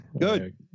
good